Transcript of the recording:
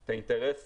את האינטרס